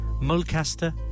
Mulcaster